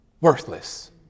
worthless